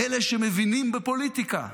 אלה שמבינים בפוליטיקה.